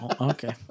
Okay